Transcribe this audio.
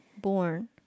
born